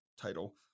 title